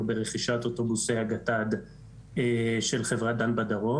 ברכישת אוטובוסי הגט"ד של חברת דן בדרום,